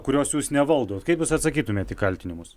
kurios jūs nevaldot kaip jūs atsakytumėt į kaltinimus